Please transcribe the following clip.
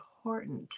important